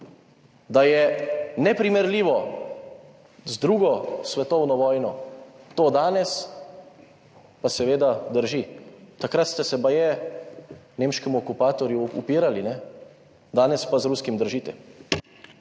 Da je neprimerljivo z II. svetovno vojno to danes pa seveda drži. Takrat ste se baje nemškemu okupatorju upirali, danes pa z ruskim držite.